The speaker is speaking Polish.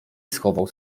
schował